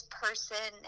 person